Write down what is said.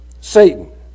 Satan